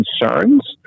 concerns